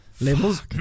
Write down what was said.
levels